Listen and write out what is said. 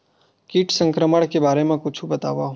कीट संक्रमण के बारे म कुछु बतावव?